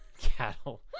Cattle